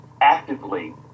actively